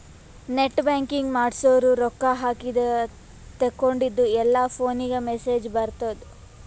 net banking ಮಾಡ್ಸುರ್ ರೊಕ್ಕಾ ಹಾಕಿದ ತೇಕೊಂಡಿದ್ದು ಎಲ್ಲಾ ಫೋನಿಗ್ ಮೆಸೇಜ್ ಬರ್ತುದ್